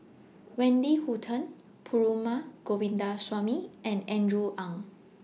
Wendy Hutton Perumal Govindaswamy and Andrew Ang